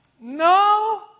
no